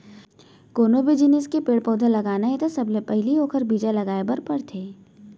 कोनो भी जिनिस के पेड़ पउधा लगाना हे त सबले पहिली ओखर बीजा लगाए बर परथे